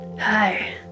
Hi